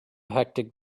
hectic